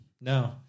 No